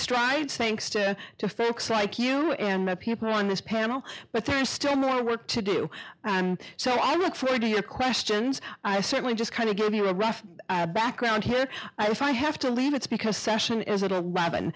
strides thanks to folks like you and the people on this panel but there is still more work to do so i look forward to your questions i certainly just kind of give you a rough background here i if i have to leave it's because session is